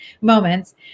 moments